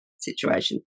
situation